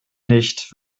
nicht